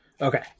okay